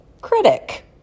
critic